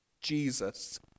Jesus